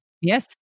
Yes